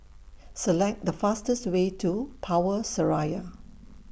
Select The fastest Way to Power Seraya